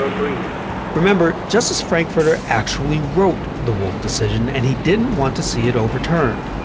remember, justice frankfurter actually wrote the wolf decision, and he didn't want to see it overturned.